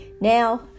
now